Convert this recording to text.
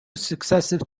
successive